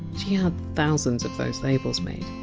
she had thousands of the labels made.